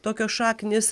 tokios šaknys